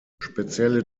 spezielle